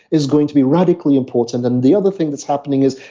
is going to be radically important and the other thing that's happening is,